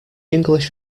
english